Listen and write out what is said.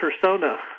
persona